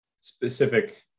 specific